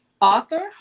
author